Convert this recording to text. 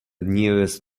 nearest